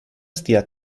stia